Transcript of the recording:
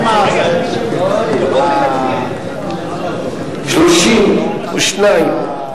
חברת הכנסת מרינה סולודקין,